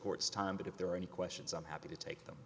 court's time but if there are any questions i'm happy to take them